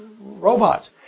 robots